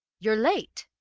you're late